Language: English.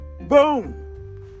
Boom